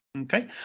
Okay